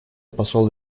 посол